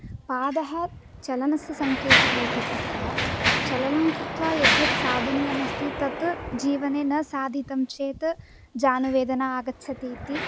पादः चलनस्य संकेतः इति कृत्वा चलनं कृत्वा यद्यत् साधनीयम् अस्ति तत् जीवने न साधितं चेत् जानुवेदना आगच्छति इति